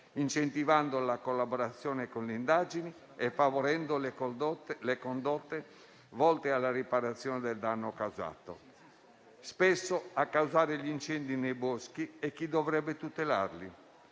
incentivando la collaborazione con le indagini e favorendo le condotte volte alla riparazione del danno causato. Spesso, a causare gli incendi nei boschi è chi dovrebbe tutelarli,